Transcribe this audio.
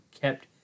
kept